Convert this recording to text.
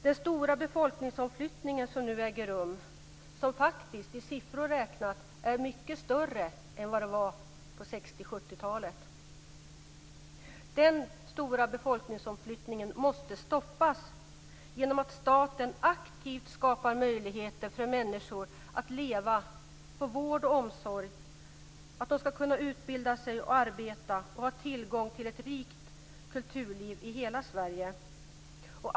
Den stora befolkningsomflyttning som nu äger rum, som faktiskt i siffror räknat är mycket större än på 60 och 70-talen, måste stoppas genom att staten aktivt skapar möjligheter för människor att leva, få vård och omsorg. De ska kunna utbilda sig och arbeta och ha tillgång till ett rikt kulturliv i hela Sverige.